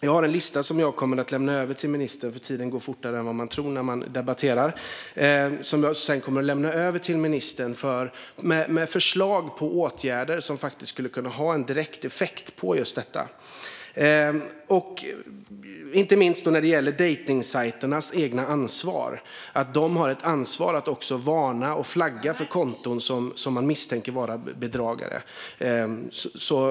Jag har en lista som jag kommer att lämna över till ministern - för tiden går fortare än man tror när man debatterar - med förslag på åtgärder som faktiskt skulle kunna ha en direkt effekt på just detta. Det gäller inte minst dejtningssajternas eget ansvar. De borde ha ett ansvar att varna och flagga för konton som man misstänker vara bedragares.